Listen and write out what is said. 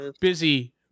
busy